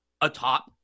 atop